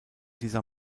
dieser